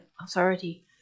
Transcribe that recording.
Authority